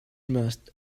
must